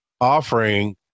offering